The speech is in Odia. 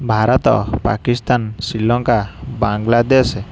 ଭାରତ ପାକିସ୍ତାନ ଶ୍ରୀଲଙ୍କା ବାଙ୍ଗଲାଦେଶ